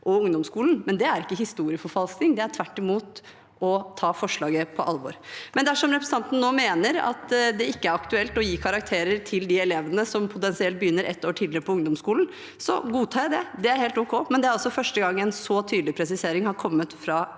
og ungdomsskolen, men det er ikke historieforfalskning. Det er tvert imot å ta forslaget på alvor. Dersom representanten nå mener det ikke er aktuelt å gi karakterer til de elevene som potensielt begynner et år tidligere på ungdomsskolen, godtar jeg det. Det er helt ok, men det er altså første gang en så tydelig presisering har kommet fra